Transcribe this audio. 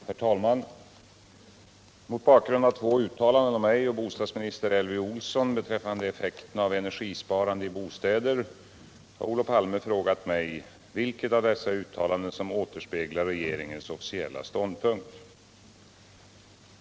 Herr talman! Mot bakgrund av två uttalanden av mig och bostadsminister Elvy Olsson beträffande effekterna av energisparande i bostäder har Olof Palme frågat mig, vilket av dessa uttalanden som återspeglar regeringens officiella ståndpunkt.